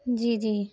جی جی